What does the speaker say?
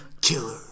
Killer